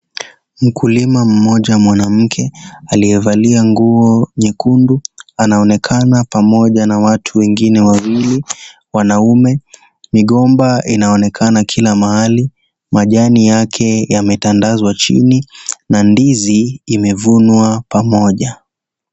Mkulima mmoja mwanamke, aliyevalia nguo nyekundu. Anaonekana pamoja na watu wengi wawili wanaume. Migomba inaonekana kila mahali. Majani yake yametandazwa chini na ndizi imevunwa pamoja.